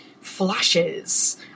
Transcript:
flashes